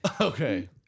Okay